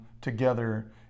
together